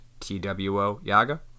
twoyaga